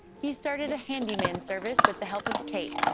he started a handyman service with the help of kate,